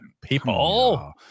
people